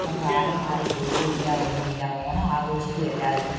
ഇപ്പം കാലം മാറി പൂവുമില്ല ഒന്നുമില്ല ഓണം ആഘോഷിക്കും എല്ലാവരും